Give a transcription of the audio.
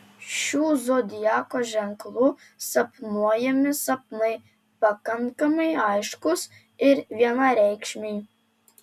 šių zodiako ženklų sapnuojami sapnai pakankamai aiškūs ir vienareikšmiai